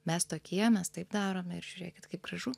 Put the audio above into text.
mes tokie mes taip darome ir žiūrėkit kaip gražu